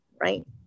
right